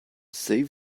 save